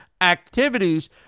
activities